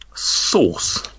Sauce